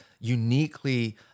uniquely